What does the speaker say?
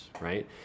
right